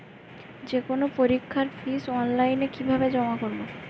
যে কোনো পরীক্ষার ফিস অনলাইনে কিভাবে জমা করব?